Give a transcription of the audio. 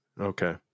Okay